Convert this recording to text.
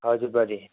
हजुर बडी